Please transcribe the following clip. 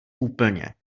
úplně